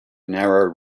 narrow